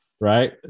Right